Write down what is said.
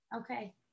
Okay